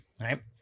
right